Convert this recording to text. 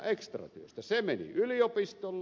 se meni yliopistolle